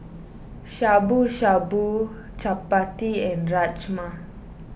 Shabu Shabu Chapati and Rajma